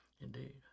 Indeed